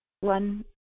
One